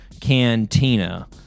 cantina